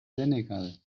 senegal